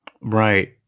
Right